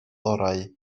orau